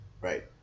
Right